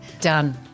Done